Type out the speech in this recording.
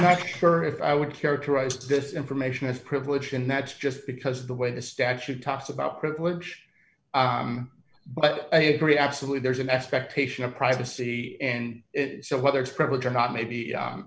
not sure if i would characterize this information as privileged and that's just because the way the statute talks about privilege but i agree absolutely there's an expectation of privacy and so whether it's privilege or not may be